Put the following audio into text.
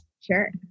Sure